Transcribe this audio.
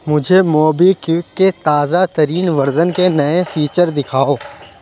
مجھے MobiKwik کے تازہ ترین ورژن کے نئے فیچر دکھاؤ